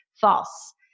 false